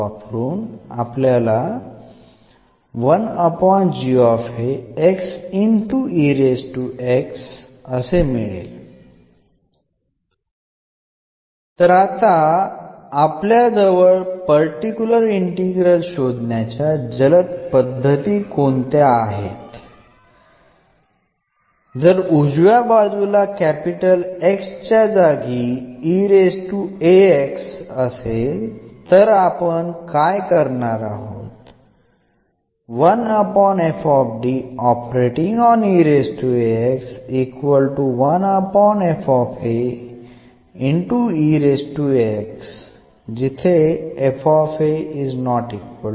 വലതുവശത്തെ എന്ന ഫോം ആണെങ്കിൽ പർട്ടിക്കുലർ ഇന്റഗ്രൽ കണ്ടെത്തുന്നതിനുള്ള ഷോർട്ട് മെത്തേഡുകൾ എന്തൊക്കെയാണ് എന്നു നോക്കാം